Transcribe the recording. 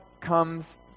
comes